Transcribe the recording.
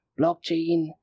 Blockchain